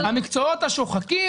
המקצועות השוחקים.